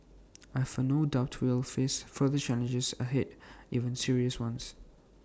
I have no doubt we will face further challenges ahead even serious ones